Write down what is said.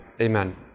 Amen